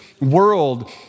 world